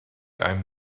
einem